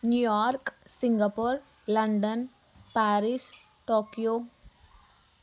New York Singapore London Paris Tokyo